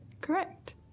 Correct